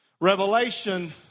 Revelation